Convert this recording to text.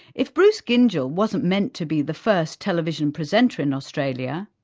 if bruce gyngell wasn't meant to be the first television presenter in australia,